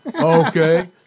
Okay